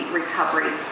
recovery